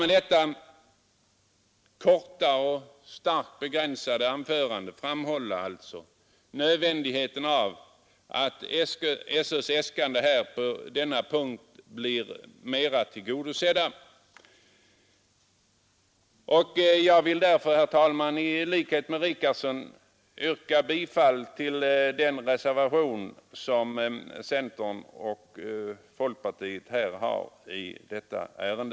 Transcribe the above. Med detta korta och starkt begränsade anförande vill jag framhålla nödvändigheten av att SÖ:s äskanden på denna punkt blir mera tillgodosedda. Jag vill därför, herr talman, i likhet med herr Richardson yrka bifall till den reservation som centerpartiet och folkpartiet har avgivit i detta ärende.